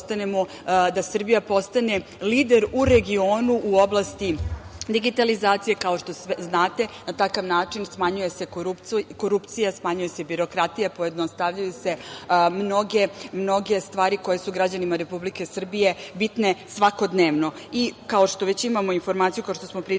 da Srbija postane lider u regionu u oblasti digitalizacije. Kao što znate, na takav način smanjuje se korupcija, smanjuje se birokratija, pojednostavljuju se mnoge stvari koje su građanima Republike Srbije bitne svakodnevno. Kao što već imamo informaciju, kao što smo pričali